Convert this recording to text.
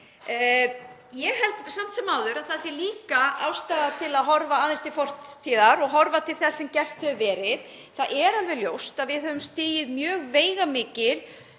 ég held samt sem áður að það sé líka ástæða til að horfa aðeins til fortíðar og horfa til þess sem gert hefur verið. Það er alveg ljóst að við höfum stigið mjög veigamikil